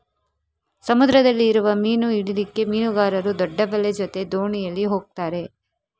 ಸಮುದ್ರದಲ್ಲಿ ಇರುವ ಮೀನು ಹಿಡೀಲಿಕ್ಕೆ ಮೀನುಗಾರರು ದೊಡ್ಡ ಬಲೆ ಜೊತೆ ದೋಣಿಯಲ್ಲಿ ಹೋಗ್ತಾರೆ